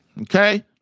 Okay